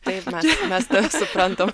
taip mes mes tave suprantam